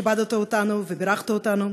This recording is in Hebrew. כיבדת אותנו ובירכת אותנו,